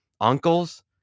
uncles